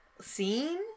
scene